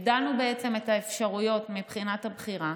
הגדלנו את האפשרויות מבחינת הבחירה,